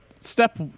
Step